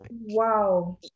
Wow